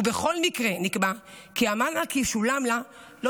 בכל מקרה נקבע כי המענק ישולם לה לא